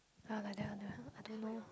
ah like that one I don't know